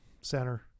center